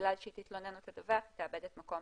שבגלל שהיא תתלונן או תדווח היא תאבד את העבודה.